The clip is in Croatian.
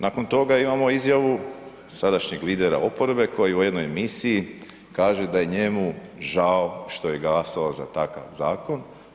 Nakon toga imamo izjavu sadašnjeg lidera oporbe koji je u jednoj emisiji kaže da je njemu žao što je glasovao za takav zakon.